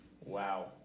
Wow